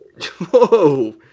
Whoa